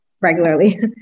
regularly